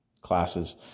classes